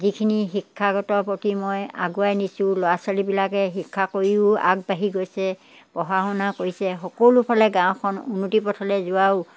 যিখিনি শিক্ষাগতৰ প্ৰতি মই আগুৱাই নিছোঁ ল'ৰা ছোৱালীবিলাকে শিক্ষা কৰিও আগবাঢ়ি গৈছে পঢ়া শুনা কৰিছে সকলোফালে গাঁওখন উন্নতিৰ পথলৈ যোৱাও